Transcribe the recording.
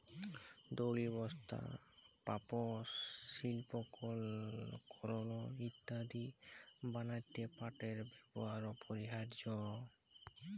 দড়ি, বস্তা, পাপস, সিল্পকরমঅ ইত্যাদি বনাত্যে পাটের ব্যেবহার অপরিহারয অ